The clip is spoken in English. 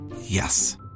Yes